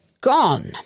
gone